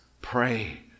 pray